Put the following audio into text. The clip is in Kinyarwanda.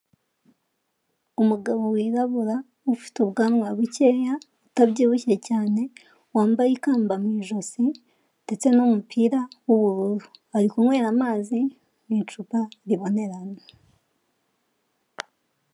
Umugabo wirabura ufite ubwanwa bukeya utabyibushye cyane, wambaye ikamba mu ijosi ndetse n'umupira w'ubururu, ari kunywera amazi mu icupa ribonerana.